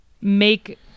make